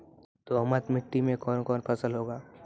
दोमट मिट्टी मे कौन कौन फसल होगा?